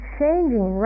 changing